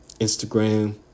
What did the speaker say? Instagram